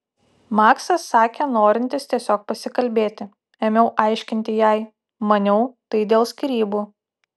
maksas sakė norintis tiesiog pasikalbėti ėmiau aiškinti jai maniau tai dėl skyrybų